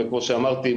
וכמו שאמרתי,